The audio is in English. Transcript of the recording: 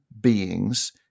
beings